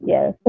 Yes